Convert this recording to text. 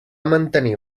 mantenir